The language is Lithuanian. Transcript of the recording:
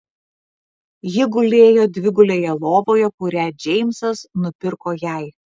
ji gulėjo dvigulėje lovoje kurią džeimsas nupirko jai